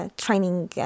training